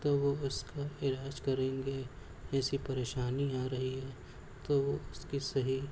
تو وہ اس کا علاج کریں گے ایسی پریشانی آ رہی ہے تو وہ اس کی صحیح